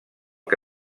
que